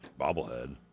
bobblehead